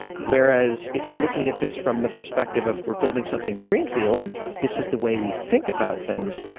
whereas if you're looking at this from the perspective of rebuilding something greenfield and this is the way we think about things,